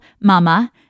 mama